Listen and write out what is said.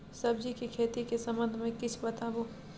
सब्जी के खेती के संबंध मे किछ बताबू?